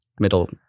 middle